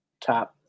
top